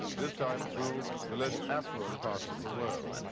this time through the less affluent parts of the world.